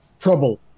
trouble